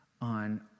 on